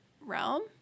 realm